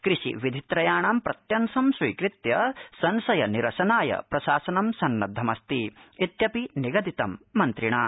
कृषि विधित्रयाणां प्रत्यंशं स्वीकृत्य संशय निरशनाय प्रशासनं सन्नद्धम् अस्ति इत्यपि निगदितम् मंत्रिणा